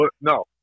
No